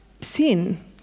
sin